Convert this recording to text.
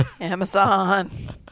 Amazon